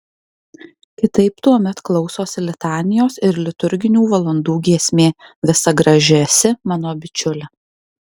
kitaip tuomet klausosi litanijos ir liturginių valandų giesmė visa graži esi mano bičiule